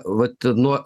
vat nuo